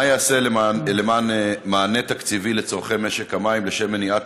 מה ייעשה למתן מענה תקציבי לצורכי משק המים לשם מניעת